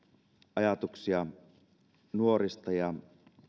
ajatuksia nuorista ja